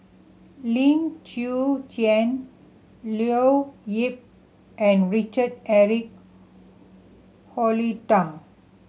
Lim Chwee Chian Leo Yip and Richard Eric